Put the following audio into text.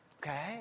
Okay